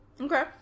Okay